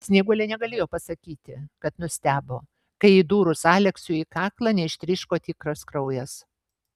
snieguolė negalėjo pasakyti kad nustebo kai įdūrus aleksiui į kaklą neištryško tikras kraujas